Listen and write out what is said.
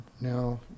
now